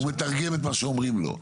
הוא מתרגם את מה שאומרים לו.